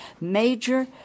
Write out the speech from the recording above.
major